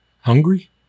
hungry